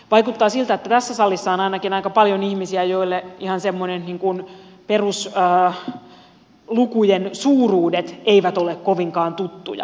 vaikuttaa siltä että ainakin tässä salissa on aika paljon ihmisiä joille ihan semmoiset peruslukujen suuruudet eivät ole kovinkaan tuttuja